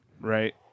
Right